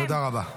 תודה רבה.